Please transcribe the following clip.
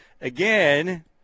again